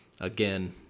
again